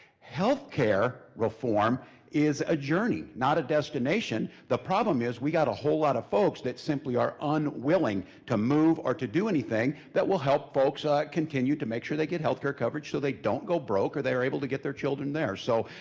healthcare reform is a journey not a destination. the problem is, we've got a whole lot of folks that simply are unwilling to move or to do anything that will help folks ah continue to make sure they get healthcare coverage so they don't go broke or they're able to get their children there. so ah